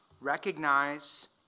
recognize